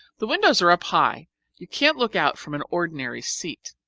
the windows are up high you can't look out from an ordinary seat.